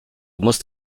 musst